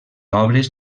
obres